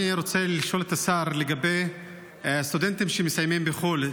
אני רוצה לשאול את השר לגבי סטודנטים שמסיימים בחו"ל,